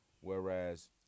Whereas